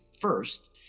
first